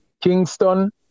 Kingston